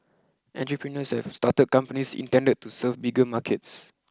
entrepreneurs have started companies intended to serve bigger markets